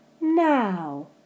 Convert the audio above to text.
now